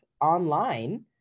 online